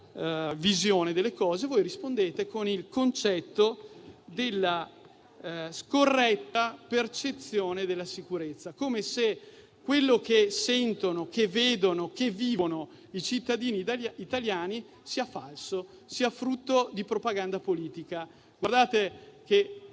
visione delle cose voi rispondete con il concetto della scorretta percezione della sicurezza, come se quello che sentono, vedono e vivono i cittadini italiani sia falso e frutto di propaganda politica.